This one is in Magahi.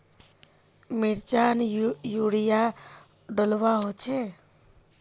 मिर्चान यूरिया डलुआ होचे?